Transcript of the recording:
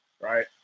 right